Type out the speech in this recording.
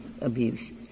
abuse